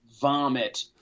vomit